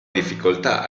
difficoltà